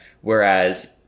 Whereas